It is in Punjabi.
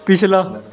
ਪਿਛਲਾ